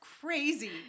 crazy